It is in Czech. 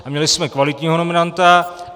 A měli jsme kvalitního nominanta.